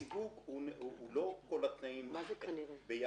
הסיווג הוא לא כל התנאים ביחד.